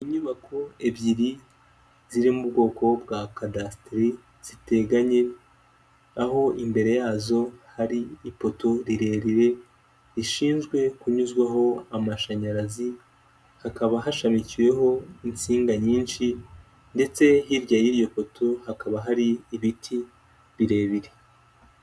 Inyubako ebyiri ziri mu bwoko bwa kadasiteri ziteganye, aho imbere yazo hari ipoto rirerire rishinzwe kunyuzwaho amashanyarazi, hakaba hashamikiweho insinga nyinshi ndetse hirya y'iyo poto hakaba hari ibiti birebire.